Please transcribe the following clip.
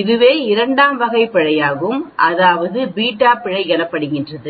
இதுவே இரண்டாம் வகை பிழையாகும் அதாவது β பிழை எனப்படுகிறது